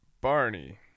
Barney